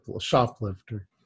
shoplifter